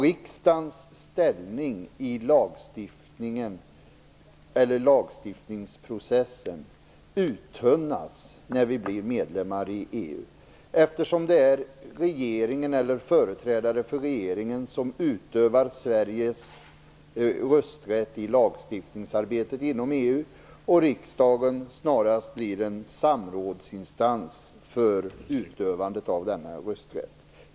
Riksdagens ställning i lagstiftningsprocessen uttunnas när vi blir medlemmar i EU, eftersom det är regeringen eller dess företrädare som utövar Sveriges rösträtt i lagstiftningsarbetet inom EU. Riksdagen blir snarast en samordningsinstans för utövandet av denna rösträtt.